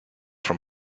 from